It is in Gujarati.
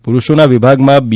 પુરૂષોના વિભાગમાં બી